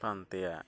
ᱯᱟᱱᱛᱮᱭᱟ